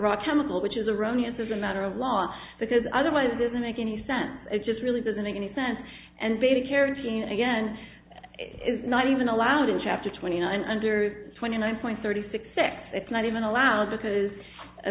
raw terminal which is erroneous as a matter of law because otherwise it doesn't make any sense it just really doesn't make any sense and beta carotene again is not even allowed in chapter twenty nine under twenty nine point thirty six x it's not even allowed because